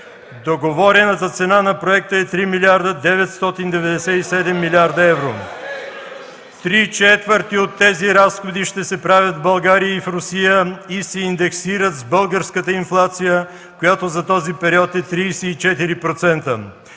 Договорената цена на проекта е 3 млрд. 997 млн. евро. (Шум и реплики.) Три четвърти от тези разходи ще се правят в България и в Русия и се индексират с българската инфлация, която за този период е 34%,